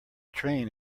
train